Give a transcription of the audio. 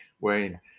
Wayne